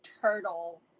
turtle